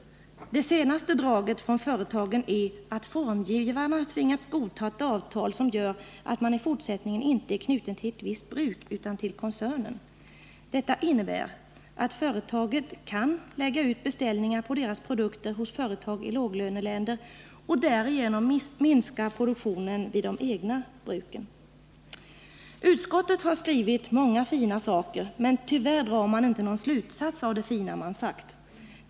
Det senaste draget från företagen är att formgivarna tvingats godta ett avtal som gör att de i fortsättningen inte är knutna till ett visst bruk utan till koncernen. Det innebär att företagen kan lägga ut beställningar på formgivarnas produkter i låglöneländer och därigenom minska produktionen vid de egna bruken. Utskottet har skrivit många fina saker, men tyvärr drar man inte någon slutsats av det fina man skrivit.